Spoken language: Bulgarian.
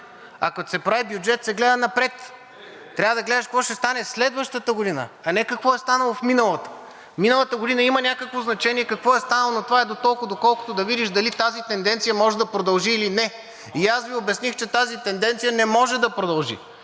а като се прави бюджет, се гледа напред. Трябва да гледаш какво ще стане следващата година, а не какво е станало в миналата. Миналата година има някакво значение какво е станало, но това е дотолкова, доколкото да видиш дали тази тенденция може да продължи или не. И аз Ви обясних, че тази тенденция не може да продължи.